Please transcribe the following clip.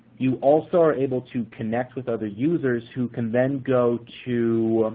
you also are able to connect with other users who can then go to,